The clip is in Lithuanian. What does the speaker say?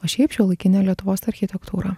o šiaip šiuolaikinę lietuvos architektūrą